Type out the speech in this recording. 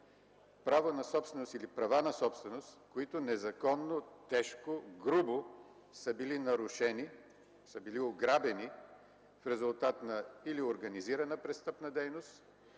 право на собственост или права на собственост, които незаконно, тежко, грубо са били нарушени, са били ограбени в резултат на организирана престъпна дейност